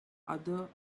other